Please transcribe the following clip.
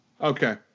Okay